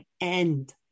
end